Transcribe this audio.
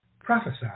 prophesy